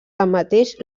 tanmateix